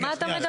על מה אתה מדבר?